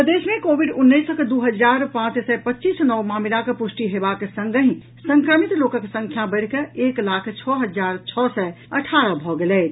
प्रदेश मे कोविड उन्नैसक दू हजार पांच सय पच्चीस नव मामिलाक प्रष्टि हेबाक संगहि संक्रमित लोकक संख्या बढ़िकऽ एक लाख छओ हजार छओ सय अठारह भऽ गेल अछि